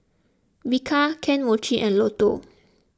Bika Kane Mochi and Lotto